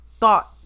thought